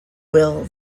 will